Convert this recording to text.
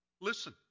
Listen